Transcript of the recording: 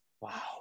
wow